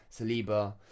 Saliba